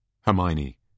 Hermione